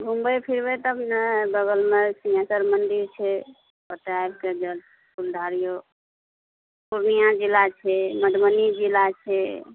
घुमबै फिरबै तब ने बगलमे सिंघेश्वर मन्दिर छै ओतऽ आबि कऽ जल फूल ढारियौ पूर्णिया जिला छै मधुबनी जिला छै